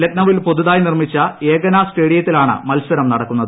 ലക്നൌവിൽ പുതുതായി നിർമ്മിച്ച ഏകന സ്റ്റേഡിയത്തിലാണ് മത്സരം നടക്കുന്നത്